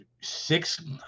six